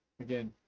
again